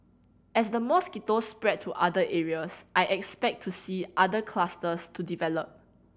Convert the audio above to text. as the mosquitoes spread to other areas I expect to see other clusters to develop